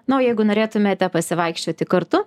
na o jeigu norėtumėte pasivaikščioti kartu